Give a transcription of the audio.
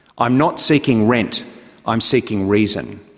i am not seeking rent i am seeking reason.